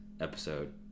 episode